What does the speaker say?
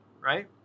right